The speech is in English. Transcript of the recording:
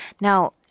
Now